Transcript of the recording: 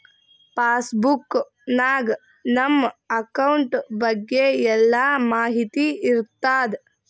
pass book ನಾಗ್ ನಮ್ account ಬಗ್ಗೆ ಎಲ್ಲಾ ಮಾಹಿತಿ ಇರ್ತಾದ